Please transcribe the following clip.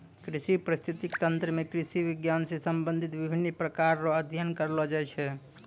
कृषि परिस्थितिकी तंत्र मे कृषि विज्ञान से संबंधित विभिन्न प्रकार रो अध्ययन करलो जाय छै